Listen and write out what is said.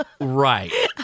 Right